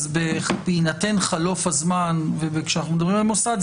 בהינתן חלוף הזמן וכאשר אנחנו מדברים על מוסד,